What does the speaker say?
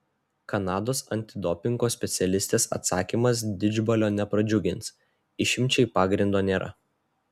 kanados antidopingo specialistės atsakymas didžbalio nepradžiugins išimčiai pagrindo nėra